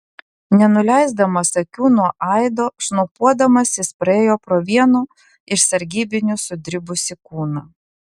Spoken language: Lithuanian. nenuleisdamas akių nuo aido šnopuodamas jis praėjo pro vieno iš sargybinių sudribusį kūną